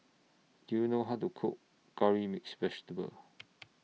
Do YOU know How to Cook Curry Mixed Vegetable